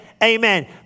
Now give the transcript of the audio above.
Amen